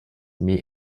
meet